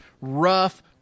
rough